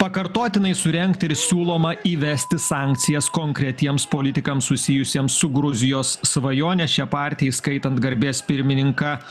pakartotinai surengti ir siūloma įvesti sankcijas konkretiems politikams susijusiems su gruzijos svajone šia partija įskaitant garbės pirmininką